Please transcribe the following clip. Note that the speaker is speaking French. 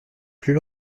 plus